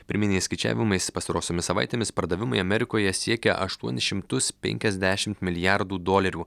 pirminiais skaičiavimais pastarosiomis savaitėmis pardavimai amerikoje siekia aštuonis šimtus penkiasdešimt milijardų dolerių